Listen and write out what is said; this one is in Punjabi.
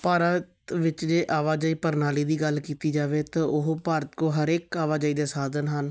ਭਾਰਤ ਵਿੱਚ ਜੇ ਆਵਾਜਾਈ ਪ੍ਰਣਾਲੀ ਦੀ ਗੱਲ ਕੀਤੀ ਜਾਵੇ ਤਾਂ ਉਹ ਭਾਰਤ ਕੋਲ ਹਰੇਕ ਆਵਾਜਾਈ ਦੇ ਸਾਧਨ ਹਨ